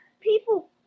people